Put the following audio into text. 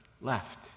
left